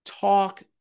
talk